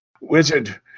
Wizard